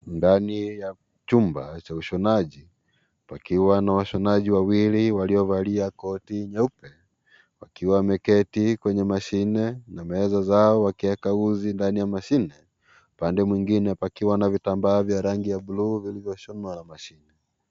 Ndani ya chumba cha ushonaji pakiwa na washonaji wawili waliovalia koti nyeupe wakiwa wameketi kwenye mashine na meza zao wakiweka uzi ndani ya mashine. Upande mwingine pakiwa na vitambaa vya rangi ya bluu vilivyoshonwa na mashine.